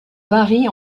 varient